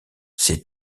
ces